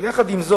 אבל עם זאת,